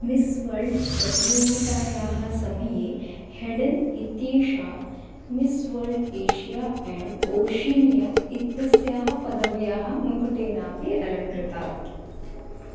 miss world प्रतियोगितायाः समये Hayden इत्येषा miss world Asia and Oceania इत्यस्याः पदव्याः मुकुटेनापि अलङ्कृता